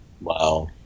Wow